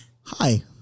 Hi